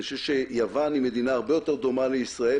אני חושב שיוון היא מדינה הרבה יותר דומה לישראל.